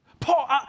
Paul